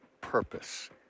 purpose